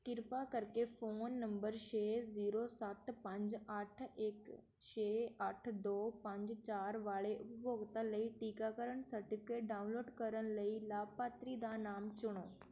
ਕਿਰਪਾ ਕਰਕੇ phone number ਛੇ ਜ਼ੀਰੋ ਸੱਤ ਪੰਜ ਅੱਠ ਇੱਕ ਛੇ ਅੱਠ ਦੋ ਪੰਜ ਚਾਰ ਵਾਲੇ ਉਪਭੋਗਤਾ ਲਈ ਟੀਕਾਕਰਨ ਸਰਟੀਫਿਕੇਟ ਡਾਊਨਲੋਡ ਕਰਨ ਲਈ ਲਾਭਪਾਤਰੀ ਦਾ ਨਾਮ ਚੁਣੋ